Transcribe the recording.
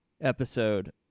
episode